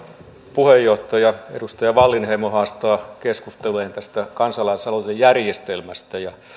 puheenjohtaja edustaja wallinheimo haastaa keskustelemaan tästä kansalaisaloitejärjestelmästä ja